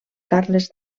carles